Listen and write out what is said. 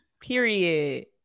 Period